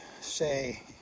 say